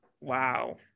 wow